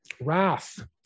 wrath